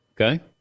Okay